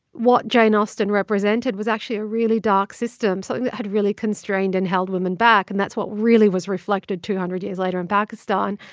what jane austen represented was actually a really dark system, something that had really constrained and held women back, and that's what really was reflected two hundred years later in pakistan,